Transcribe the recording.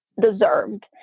Deserved